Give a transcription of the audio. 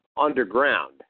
underground